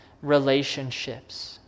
relationships